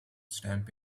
stamp